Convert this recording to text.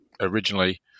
originally